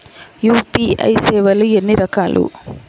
UPI సేవలు ఎన్నిరకాలు?